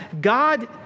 God